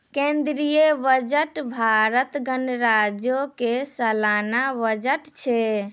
केंद्रीय बजट भारत गणराज्यो के सलाना बजट छै